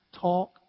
talk